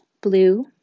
blue